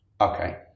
Okay